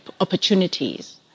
opportunities